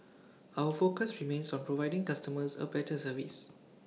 our focus remains on providing customers A better service